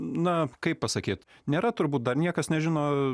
na kaip pasakyt nėra turbūt dar niekas nežino